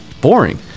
boring